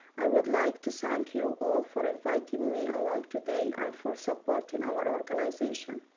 i would like to so thank you all for inviting me along today and for supporting our organization.